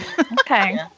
Okay